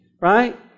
right